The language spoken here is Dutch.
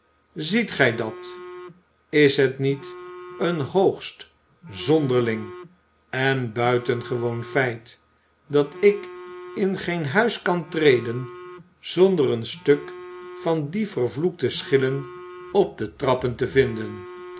ziet gij dat is het niet een hoogst zonderling en buitengewoon feit dat ik in geen huis kan treden zonder een stuk van die vervloekte schillen op de trappen te vinden